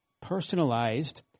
personalized